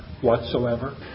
whatsoever